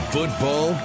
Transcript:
Football